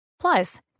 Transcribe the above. Plus